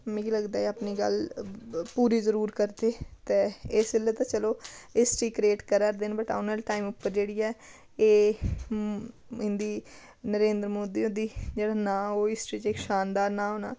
मिगी लगदा ऐ ओह् अपनी गल्ल पूरी जरूर करदे ते इसलै ते चलो हिस्टरी क्रियेट करा दे न बट औने आह्ले टाइम उप्पर जेह्ड़ी ऐ एह् इं'दी नरेंद्र मोदी होंदी जेह्ड़ा नांऽ ओह् हिस्टरी च इक शानदार नांऽ होना